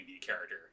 character